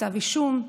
"כתב אישום",